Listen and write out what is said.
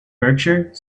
berkshire